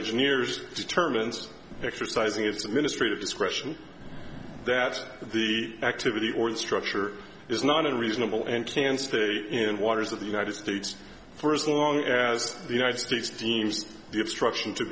engineers determines exercising its ministry of discretion that the activity or the structure is not unreasonable and can stay in waters of the united states for as long as the united states deems the obstruction to